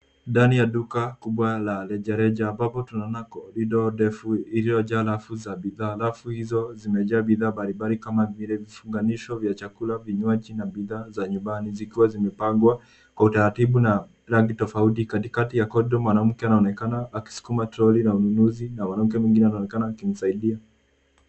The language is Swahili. Ndani ya duka kubwa la rejareja ambapo tunaona corridor ndefu iliyojaa rafu za bidhaa. Rafu hizo zimejaa bidhaa mbalimbali kama vile vifunganisho vya chakula, vinywaji na bidhaa za nyumbani zikiwa zimepangwa kwa utaratibu na rangi tofauti. Katikati ya corridor mwanamke anaonekana akisukuma troli la ununuzi na mwanamke mwingine anaonekana akimsaidia.